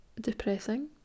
depressing